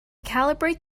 calibrate